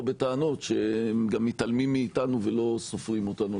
בטענות שגם מתעלמים מאתנו ולא סופרים אותנו.